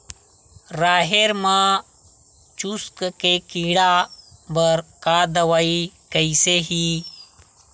राहेर म चुस्क के कीड़ा बर का दवाई कइसे ही?